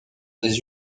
des